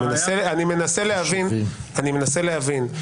אני מנסה להבין.